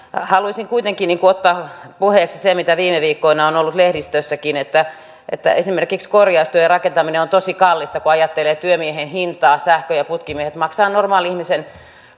haluaisin kuitenkin ottaa puheeksi sen mitä viime viikkoina on on ollut lehdistössäkin että että esimerkiksi korjaustyö ja rakentaminen on tosi kallista kun ajattelee työmiehen hintaa sähkö ja putkimiehet maksavat normaalin ihmisen